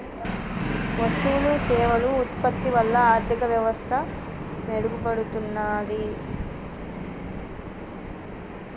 వస్తువులు సేవలు ఉత్పత్తి వల్ల ఆర్థిక వ్యవస్థ మెరుగుపడుతున్నాది